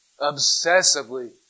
obsessively